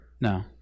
No